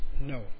No